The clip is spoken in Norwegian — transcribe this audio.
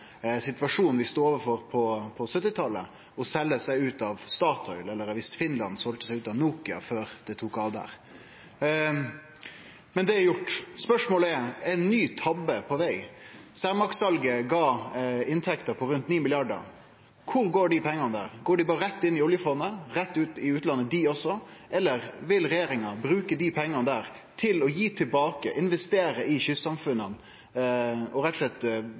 situasjonen vi stod overfor på 1970-talet – om ein skulle selje seg ut av Statoil – eller med Finland, om dei skulle ha selt seg ut av Nokia før det tok av der. Men det er gjort. Spørsmålet er om ein ny tabbe er på veg. Cermaq-salet gav inntekter på rundt 9 mrd. kr. Kvar går dei pengane? Går dei berre rett inn i Oljefondet, rett til utlandet, dei òg, eller vil regjeringa bruke dei pengane til å gi tilbake, investere i kystsamfunna, og rett og slett